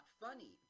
funny